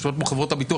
יושבות פה חברות הביטוח,